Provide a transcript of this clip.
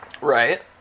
Right